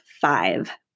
five